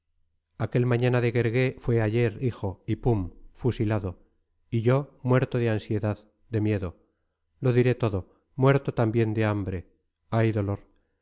aquel mañana de guergué fue ayer hijo y pum fusilado y yo muerto de ansiedad de miedo lo diré todo muerto también de hambre ay dolor